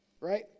right